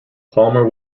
palmer